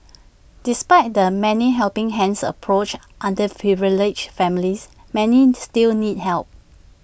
despite the 'many helping hands' approach underprivileged families many still need help